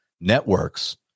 networks